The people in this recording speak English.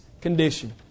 condition